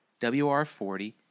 WR40